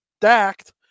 stacked